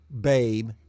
Babe